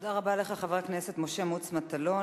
תודה רבה לך, חבר הכנסת משה מוץ מטלון.